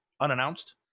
Unannounced